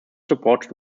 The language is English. supported